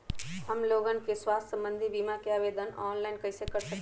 हमन लोगन के स्वास्थ्य संबंधित बिमा का आवेदन ऑनलाइन कर सकेला?